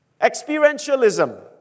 Experientialism